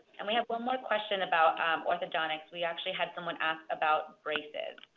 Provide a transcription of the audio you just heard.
and we have one more question about orthodontics. we actually had someone ask about braces.